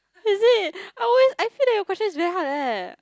is it I always I feel like your question is very hard leh